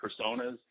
personas